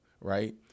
right